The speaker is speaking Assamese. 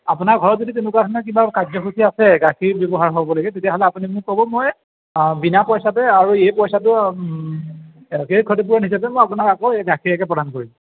আপোনাৰ ঘৰত যদি তেনেকুৱা ধৰণৰ কিবা কাৰ্যসূচী আছে গাখীৰ ব্যৱহাৰ হ'বলগীয়া তেতিয়াহ'লে আপুনি মোক ক'ব মই বিনা পইচাতে আৰু এই পইচাটো সেই ক্ষতিপূৰণ হিচাপে মই আপোনাক আকৌ এই গাখীৰকে প্ৰদান কৰিম